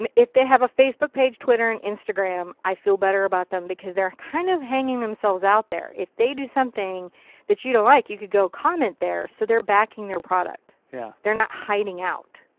um if they have a facebook page, twitter, and instagram, i feel better about them because their kind of having themselves out there. if they do something that you don't like, you can go comment there. so they're backing their product. yeah. they're not hiding out.